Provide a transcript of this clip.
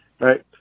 right